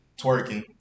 twerking